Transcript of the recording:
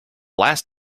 last